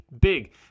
big